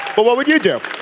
but what would you do.